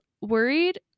worried